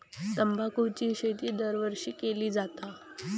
तंबाखूची शेती दरवर्षी केली जाता